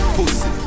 Pussy